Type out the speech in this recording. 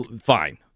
fine